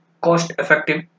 cost-effective